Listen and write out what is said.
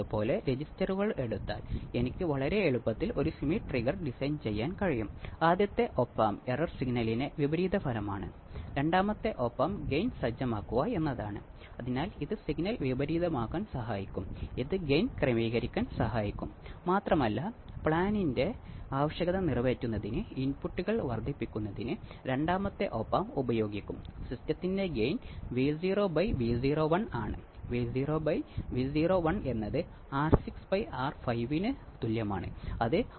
ആവശ്യമായ ഓസിലേഷൻസ് ലഭിക്കുന്നതിന് ഓപ്ആമ്പിൻറെ നേട്ടം റെസിസ്റ്ററുകളായ ആർഎഫ് ആർഐ എന്നിവയുടെ സഹായത്തോടെ ക്രമീകരിക്കുന്നു അതായത് ഓപ്ആമ്പിന്റെയും ഫീഡ്ബാക്ക് നെറ്റ്വർക്കിന്റെയും നേട്ടത്തിന്റെ ഫലം ഒന്നിനേക്കാൾ അല്പം കൂടുതലാണ് അതിനർത്ഥം ഓസിലേഷൻസ് ആരംഭിക്കുന്നതിന് തുടക്കത്തിൽ എ ബീറ്റ എന്നിവയുടെ ഗുണനഫലം ഒന്നിനേക്കാൾ വലുതാണെന്ന് നമ്മൾ മറ്റൊരു രീതിയിൽ പറയും